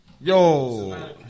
yo